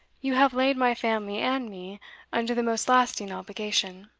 you have laid my family and me under the most lasting obligation.